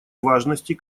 важности